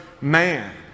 man